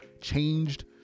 changed